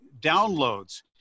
downloads